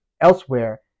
elsewhere